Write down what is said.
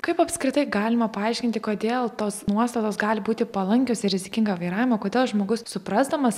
kaip apskritai galima paaiškinti kodėl tos nuostatos gali būti palankios ir rizikingo vairavimo kodėl žmogus suprasdamas